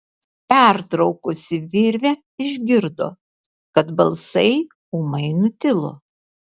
pertraukusi virvę išgirdo kad balsai ūmai nutilo